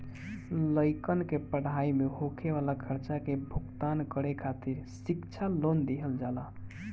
लइकन के पढ़ाई में होखे वाला खर्चा के भुगतान करे खातिर शिक्षा लोन दिहल जाला